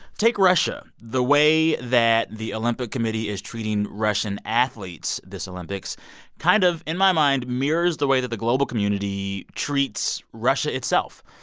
take russia. the way that the olympic committee is treating russian athletes this olympics kind of, in my mind, mirrors the way that the global community treats russia itself.